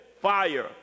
fire